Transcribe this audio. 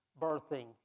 birthing